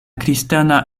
kristana